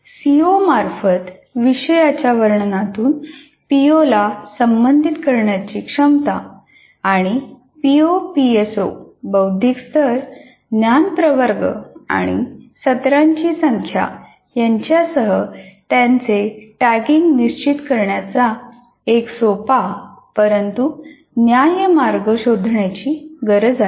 सीओमार्फत विषयाच्या वर्णनातून पीओला संबोधित करण्याची क्षमता आणि पीओ पीएसओ बौद्धिक स्तर ज्ञान प्रवर्ग आणि सत्रांची संख्या यांच्यासह त्यांचे टॅगिंग निश्चित करण्याचा एक सोपा परंतु न्याय्य मार्ग शोधण्याची गरज आहे